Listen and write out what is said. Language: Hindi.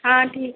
हाँ ठीक है